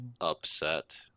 upset